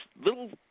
little